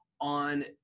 on